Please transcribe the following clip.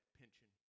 pension